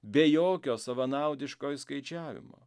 be jokio savanaudiško išskaičiavimo